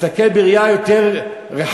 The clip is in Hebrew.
אבל להסתכל בראייה יותר רחבה,